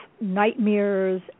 nightmares